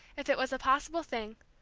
if it was a possible thing.